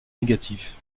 négatif